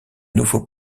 nouveau